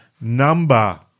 Number